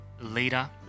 leader